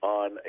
on